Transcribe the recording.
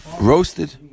roasted